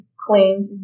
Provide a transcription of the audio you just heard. cleaned